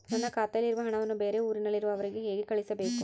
ನನ್ನ ಖಾತೆಯಲ್ಲಿರುವ ಹಣವನ್ನು ಬೇರೆ ಊರಿನಲ್ಲಿರುವ ಅವರಿಗೆ ಹೇಗೆ ಕಳಿಸಬೇಕು?